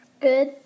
Good